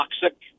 toxic